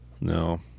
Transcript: No